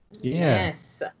Yes